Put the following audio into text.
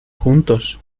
juntos